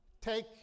take